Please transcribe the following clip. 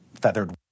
feathered